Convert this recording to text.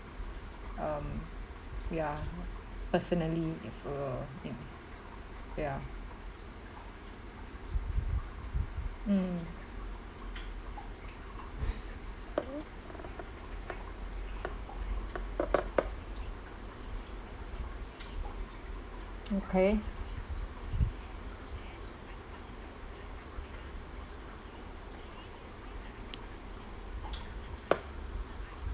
um ya personally for me ya mm okay